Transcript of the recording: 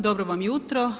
Dobro vam jutro!